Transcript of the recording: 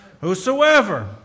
Whosoever